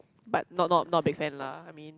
but not not not big fan lah I mean